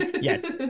yes